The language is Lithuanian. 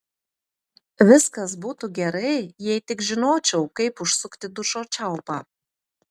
viskas būtų gerai jei tik žinočiau kaip užsukti dušo čiaupą